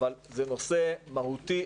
אבל זה נושא מהותי,